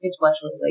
intellectually